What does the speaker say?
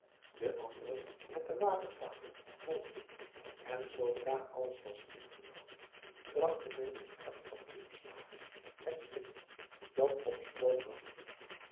de anderen met de watervaten volgden en zoodra alles was ingenomen trachtte men met kracht van riemslagen het schip dat op stroom wachtte